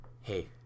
hey